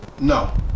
No